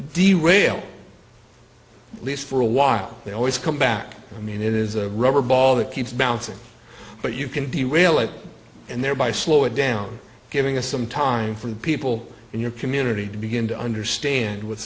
the rail at least for a while they always come back i mean it is a rubber ball that keeps bouncing but you can derail it and thereby slow it down giving us some time from people in your community to begin to understand w